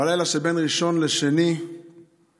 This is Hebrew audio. בלילה שבין ראשון לשני נשרפו,